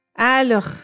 Alors